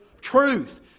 truth